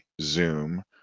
zoom